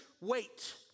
Wait